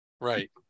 Right